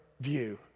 view